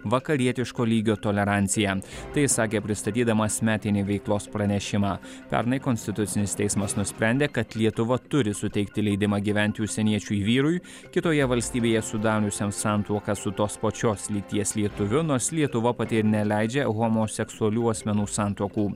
vakarietiško lygio toleranciją tai sakė pristatydamas metinį veiklos pranešimą pernai konstitucinis teismas nusprendė kad lietuva turi suteikti leidimą gyventi užsieniečiui vyrui kitoje valstybėje sudariusiam santuoką su tos pačios lyties lietuviu nors lietuva pati neleidžia homoseksualių asmenų santuokų